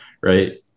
Right